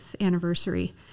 anniversary